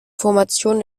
formation